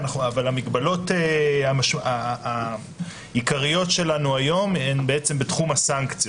אבל המגבלות העיקריות שלנו היום הן בתחום הסנקציות.